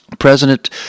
President